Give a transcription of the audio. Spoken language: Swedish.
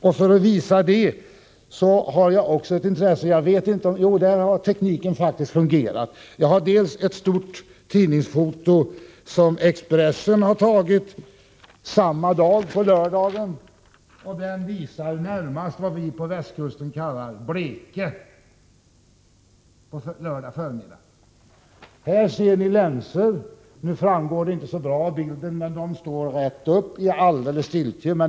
Jag har ett stort tidningsfoto som Expressen tog samma dag, på lördag förmiddag. Det fotot kan ses på kammarens bildskärm här och visar närmast vad vi på västkusten kallar bleke. Vi kan också se länsor som står rätt uppistiltje.